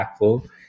impactful